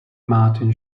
martin